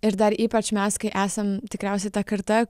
ir dar ypač mes kai esam tikriausiai ta karta